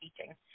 teaching